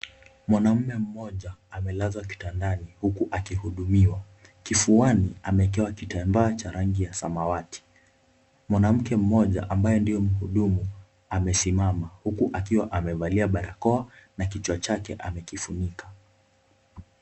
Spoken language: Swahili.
Mwanaume mmoja amelazwa kitandani huku akihudumiwa kifuani ameekewa kitambaa cha rangi ya samawati, mwanamke mmoja ambaye ni ndiyo mhudumu amesimama huku akiwa amevalia barakoa na kichwa chake amekifunika.